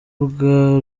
bwa